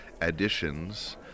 additions